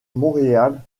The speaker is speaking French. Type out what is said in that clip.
montréal